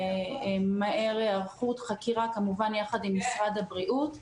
מהר היערכות וחקירה כמובן יחד עם משרד הבריאות,